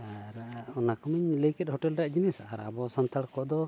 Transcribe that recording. ᱟᱨ ᱚᱱᱟᱠᱚ ᱢᱟᱹᱧ ᱞᱟᱹᱭᱠᱮᱫ ᱦᱚᱴᱮᱞ ᱨᱮᱭᱟᱜ ᱡᱤᱱᱤᱥ ᱟᱨ ᱟᱵᱚ ᱥᱟᱱᱛᱟᱲ ᱠᱚᱫᱚ